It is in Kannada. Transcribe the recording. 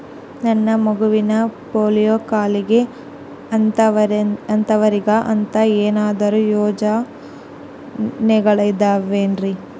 ನನ್ನ ಮಗನಿಗ ಪೋಲಿಯೋ ಕಾಲಿದೆ ಅಂತವರಿಗ ಅಂತ ಏನಾದರೂ ಯೋಜನೆಗಳಿದಾವೇನ್ರಿ?